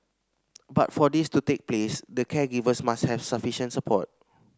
but for this to take place the caregivers must have sufficient support